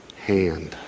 hand